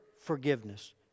forgiveness